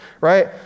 right